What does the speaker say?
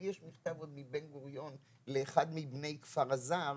לי יש עוד מכתב מבן גוריון לאחד מבני כפר אז"ר